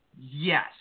Yes